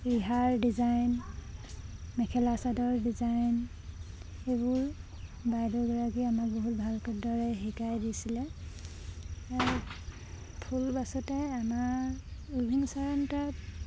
ৰিহাৰ design mekhela chador design সেইবোৰ বাইদেউগৰাকীয়ে আমাক বহুত ভালদৰে শিকাই দিছিলে ফুল বাছোতে আমাৰ উইভিং চেন্টাৰত